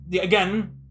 again